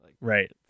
right